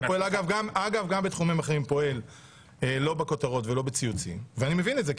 שאגב גם בתחומים אחרים פועל לא בכותרות ולא בציוצים ואני מבין את זה,